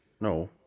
No